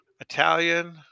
Italian